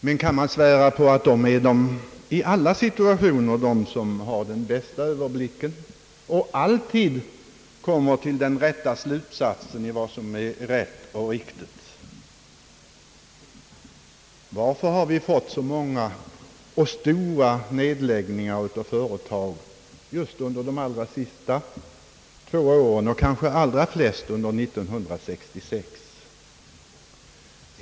Men kan man svära på att företagsledningen i alla situationer är de som har den bästa överblicken och alltid kommer till den rätta slutsatsen om vad som är rätt och riktigt? Varför har vi fått så många och stora nedläggningar av företag just under de allra senaste två åren och kanske framför allt under 1966?